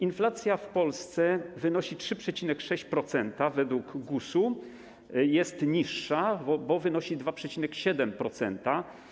Inflacja w Polsce wynosi 3,6%, a według GUS-u jest niższa, bo wynosi 2,7%.